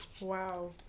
wow